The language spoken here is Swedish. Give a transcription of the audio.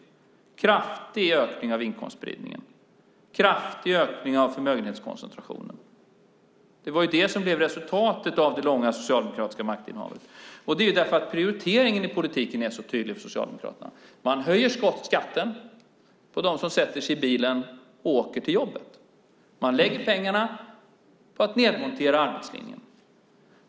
Vi ser en kraftig ökning av inkomstspridningen och förmögenhetskoncentrationen som resultat av det långa socialdemokratiska maktinnehavet, och det beror på att prioriteringen i politiken är så tydlig för Socialdemokraterna: Man höjer skatten på dem som sätter sig i bilen och åker till jobbet. Man lägger pengarna på att nedmontera arbetslinjen.